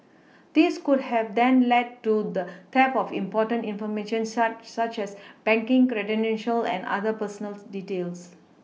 this could have then lead to the theft of important information such such as banking credentials and other personal details